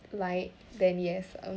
light then yes